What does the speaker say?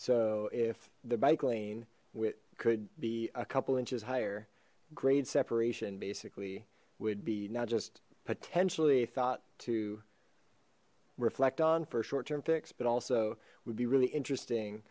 so if the bike lane could be a couple inches higher grade separation basically would be not just potentially thought to reflect on for a short term fix but also would be really interesting